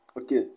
okay